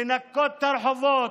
לנקות את הרחובות,